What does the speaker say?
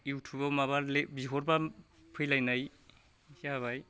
इउटुबाव माबा बिहरबा फैलायनाय जाबाय